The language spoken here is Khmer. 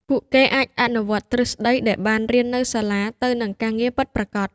ពួកគេអាចអនុវត្តទ្រឹស្តីដែលបានរៀននៅសាលាទៅនឹងការងារពិតប្រាកដ។